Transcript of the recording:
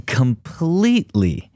completely